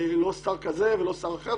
לא שר כזה ולא שר אחר,